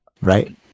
Right